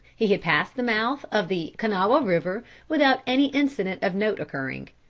he had passed the mouth of the kanawha river without any incident of note occurring.